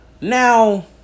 Now